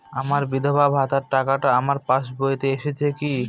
আমার বিধবা ভাতার টাকাটা আমার পাসবইতে এসেছে কি?